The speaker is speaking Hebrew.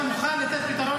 אתה מוכן לתת פתרון?